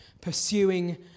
Pursuing